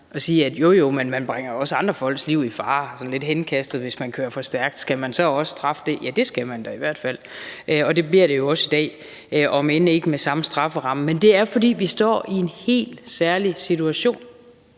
at sige, at man også bringer andre folks liv i fare, hvis man kører for stærkt, og om man så også skal straffe det. Det skal man da i hvert fald, og det bliver det også i dag, om end ikke med samme strafferamme. Men det er, fordi vi står i en helt særlig situation.